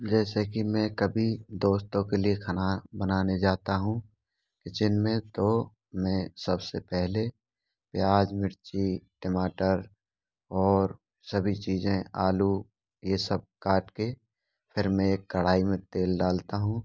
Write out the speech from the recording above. जैसे कि मैं कभी दोस्तों के लिए खाना बनाने जाता हूँ किचन में तो मैं सबसे पहले प्याज़ मिर्ची टमाटर और सभी चीज़ें आलू यह सब काटकर फ़िर मैं एक कढ़ाई में तेल डालता हूँ